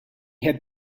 had